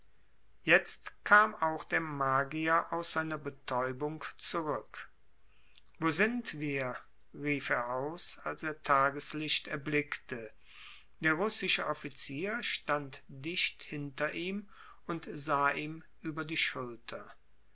jetzt kam auch der magier aus seiner betäubung zurück wo sind wir rief er aus als er tageslicht erblickte der russische offizier stand dicht hinter ihm und sah ihm über die schulter